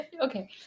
Okay